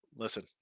Listen